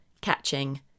catching